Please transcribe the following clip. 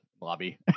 lobby